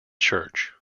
church